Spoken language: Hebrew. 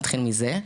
נתחיל מזה.